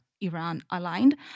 Iran-aligned